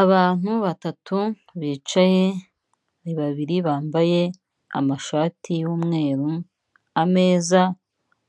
Aantu batatu bicaye ni babiri bambaye amashati yumweru ameza